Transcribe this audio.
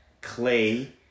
Clay